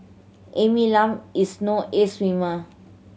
Amy Lam is no ace swimmer